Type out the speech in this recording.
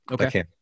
Okay